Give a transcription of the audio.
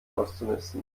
auszumisten